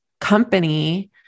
company